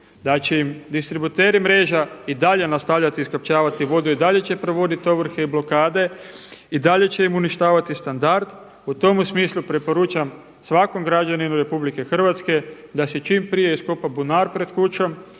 da će im distributeri mreža i dalje nastavljati iskopčavati vodu i dalje će provoditi ovrhe i blokade i dalje će im uništavati standard. U tom smislu preporučam svakom građaninu Republike Hrvatske da si čim prije iskopa bunar pred kućom